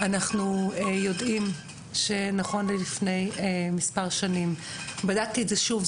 אנחנו יודעים שנכון ללפני מספר שנים בדקתי את זה שוב,